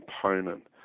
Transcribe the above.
component